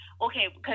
Okay